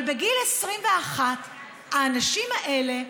אבל בגיל 21 האנשים האלה,